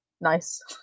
nice